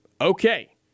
Okay